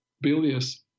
bilious